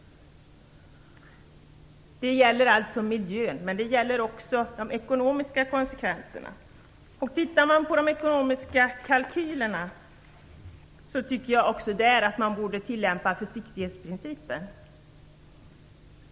Det gäller alltså miljön. Men det gäller också de ekonomiska konsekvenserna. När det gäller de ekonomiska kalkylerna tycker jag att man också där borde tillämpa försiktighetsprincipen.